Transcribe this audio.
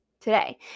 today